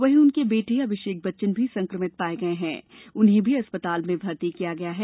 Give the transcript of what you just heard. वहीं उनके पुत्र अभिषेक बच्चन भी संक्रमित पाये गये हैं उन्हें भी अस्पताल में भर्ती किया गया है